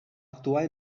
actuar